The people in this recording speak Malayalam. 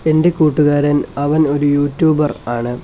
എൻ്റെ കൂട്ടുകാരൻ അവൻ ഒരു യുട്യൂബർ ആണ്